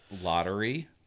lottery